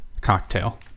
cocktail